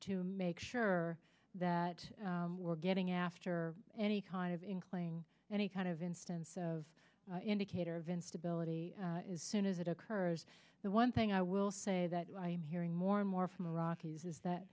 to make sure that we're getting after any kind of in claiming any kind of instance of indicator of instability as soon as it occurs the one thing i will say that i am hearing more and more from iraqis is that